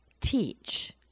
teach